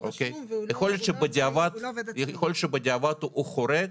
יכול להיות שבדיעבד הוא חורג,